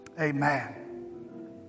Amen